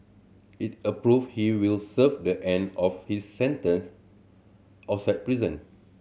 it approved he will serve the end of his sentence outside prison